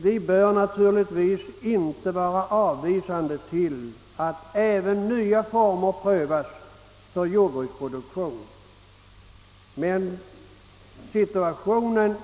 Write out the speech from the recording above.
Vi bör naturligtvis inte vara avvisande till att även nya former prövas för jordbruksproduktionen.